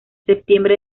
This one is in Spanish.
septiembre